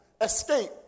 escape